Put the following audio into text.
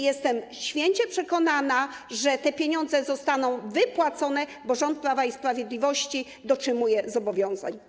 Jestem święcie przekonana, że te pieniądze zostaną wypłacone, bo rząd Prawa i Sprawiedliwości dotrzymuje zobowiązań.